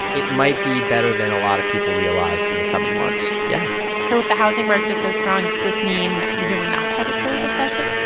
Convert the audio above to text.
it might be better than a lot of people realize in the coming months. yeah so if the housing market is so strong, does this mean maybe we're not headed for a recession?